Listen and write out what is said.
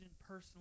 personally